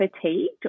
fatigued